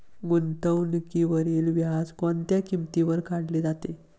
गुंतवणुकीवरील व्याज कोणत्या किमतीवर काढले जाते?